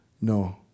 no